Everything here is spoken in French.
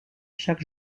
chaque